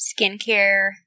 skincare